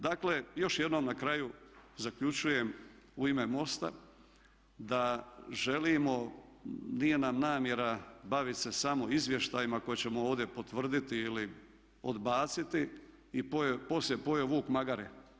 Dakle, još jednom na kraju zaključujem u ime MOST-a da želimo, nije nam namjera bavit se samo izvještajima koje ćemo ovdje potvrditi ili odbaciti i poslije pojeo vuk magare.